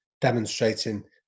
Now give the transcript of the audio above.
demonstrating